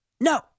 No